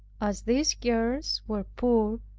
as these girls were poor,